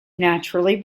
naturally